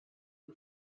who